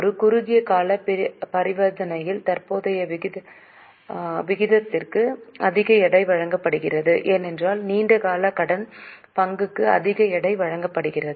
ஒரு குறுகிய கால பரிவர்த்தனையில் தற்போதைய விகிதத்திற்கு அதிக எடை வழங்கப்படுகிறது ஏனெனில் நீண்ட கால கடன் பங்குக்கு அதிக எடை வழங்கப்படுகிறது